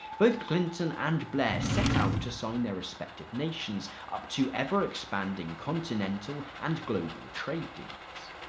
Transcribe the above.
both clinton and blair set out to sign their respective nations up to ever-expanding continental and global trade deals.